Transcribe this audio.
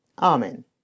Amen